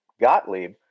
Gottlieb